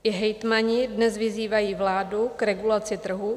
I hejtmani dnes vyzývají vládu k regulaci trhu.